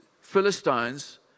Philistines